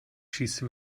schieße